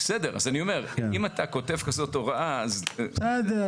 אני אומר שאם אתה כותב כזאת הוראה --- בסדר,